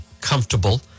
comfortable